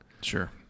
Sure